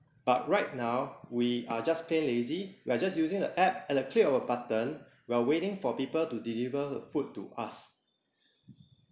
but right now we are just plain lazy we are just using the app at the click of a button we are waiting for people to deliver food to us